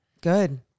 Good